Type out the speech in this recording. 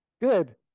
Good